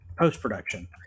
Post-production